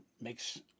makes